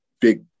big